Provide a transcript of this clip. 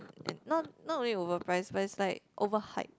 not not really overpriced but it's like overhyped